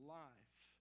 life